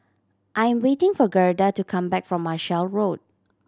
I am waiting for Gerda to come back from Marshall Road